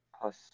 plus